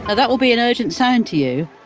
ah that will be an urgent sound to you,